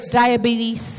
diabetes